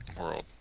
world